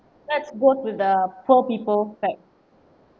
let's work with the poor people fact